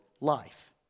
life